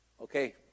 Okay